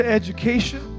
education